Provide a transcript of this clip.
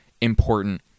important